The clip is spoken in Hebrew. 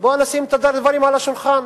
בוא נשים את הדברים על השולחן.